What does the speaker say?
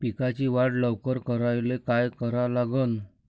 पिकाची वाढ लवकर करायले काय करा लागन?